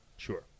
Sure